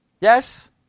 Yes